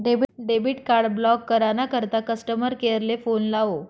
debit card block करा ना करता कस्टमर केअर ले फोन लावो